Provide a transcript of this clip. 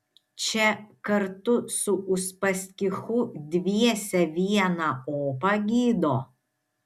čia kartu su uspaskichu dviese vieną opą gydo